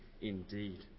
indeed